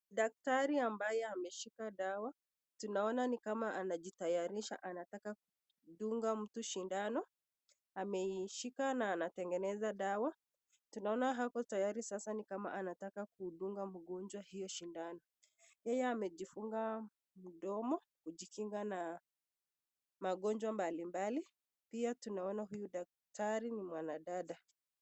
Daktari ambaye ameshika dawa. Tunaona nikama anajitayarisha kumdunga mtu shindano ameishika na anatengeneza dawa. Tunaona Ako tayari sasa ni kama anataka kumdunga mgonjwa hiyo sindano. Yeye amejifunga mdomo kujikinga na magonjwa mbalimbali pia tunaona huyu daktari ni mwanadada.